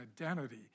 identity